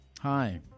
Hi